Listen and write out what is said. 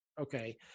Okay